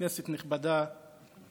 סביב הצעת החוק